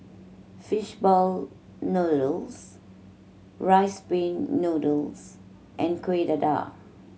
fish ball noodles Rice Pin Noodles and Kuih Dadar